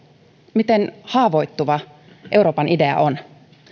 miten haavoittuva euroopan idea on